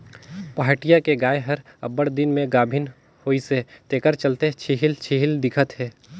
पहाटिया के गाय हर अब्बड़ दिन में गाभिन होइसे तेखर चलते छिहिल छिहिल दिखत हे